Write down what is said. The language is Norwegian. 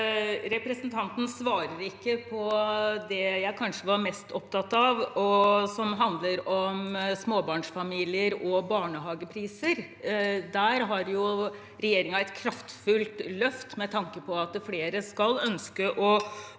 Representan- ten svarer ikke på det jeg kanskje var mest opptatt av, som handler om småbarnsfamilier og barnehagepriser. Der har regjeringen et kraftfullt løft, med tanke på at flere skal ønske å bo